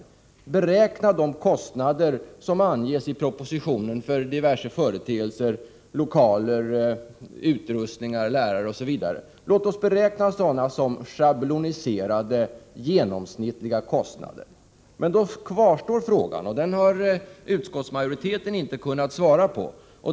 Låt oss beräkna de kostnader som i propositionen anges för lokaler, utrustning, lärare osv. såsom schabloniserade genomsnittliga kostnader. Men min fråga kvarstår, och den har utskottsmajoriteten inte kunnat svara på.